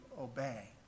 obey